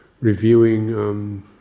Reviewing